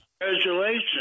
Congratulations